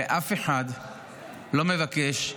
הרי אף אחד לא מבקש.